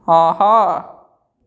ஆஹா